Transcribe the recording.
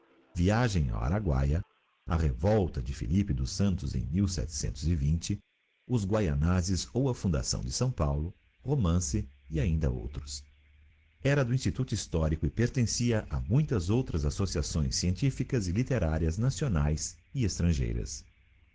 viagem ao aragttaya a revolta de pmlippe dos santos em os guayanaaes ou a fundação de s faulo romance c ainda outros era do instituto histórico e pertencia a muitas outras associares scientifícas e literárias nacionaes e estrangeiras